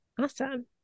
Awesome